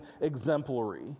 exemplary